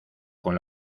con